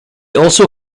also